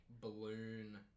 balloon